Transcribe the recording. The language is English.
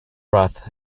breath